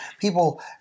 people